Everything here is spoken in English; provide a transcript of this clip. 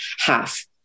half